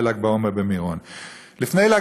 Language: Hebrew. מפרנסים מלאים הוא רק 5.6%. יש לדאוג לא רק לעבודה,